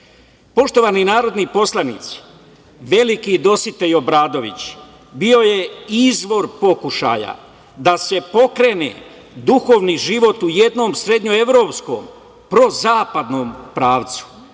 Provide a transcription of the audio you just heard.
učvršćuje. Poštovani narodni poslanici, veliki Dositej Obradović bio je izvor pokušaja da se pokrene duhovni život u jednom srednjeevropskom, prozapadnom pravcu.